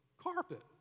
carpet